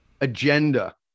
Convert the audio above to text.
agenda